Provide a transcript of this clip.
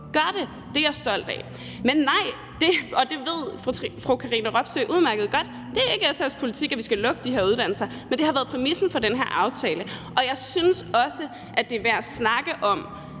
gør det. Det er jeg stolt af. Men nej – og det ved fru Katrine Robsøe udmærket godt – det er ikke SF's politik, at vi skal lukke de her uddannelser, men det har været præmissen for den her aftale. Og jeg synes også, at det er værd at snakke om,